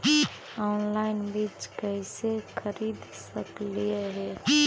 Online बीज कईसे खरीद सकली हे?